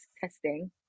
testing